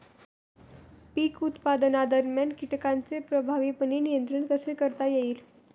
पीक उत्पादनादरम्यान कीटकांचे प्रभावीपणे नियंत्रण कसे करता येईल?